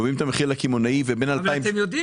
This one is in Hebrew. קובעים את המחיר לקמעונאי --- אבל אתם יודעים